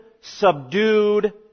subdued